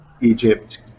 Egypt